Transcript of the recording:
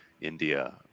India